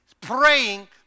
Praying